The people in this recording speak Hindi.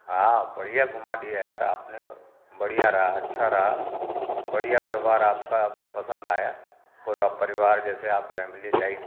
हाँ बढ़िया घुमा दिया यार आपने बढ़िया रहा अच्छा रहा बढ़िया व्यवहार आपका पसंद आया पूरा परिवार जैसे आप फ़ैमिली टाइप